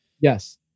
Yes